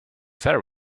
ferry